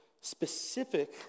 specific